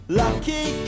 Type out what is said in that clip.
lucky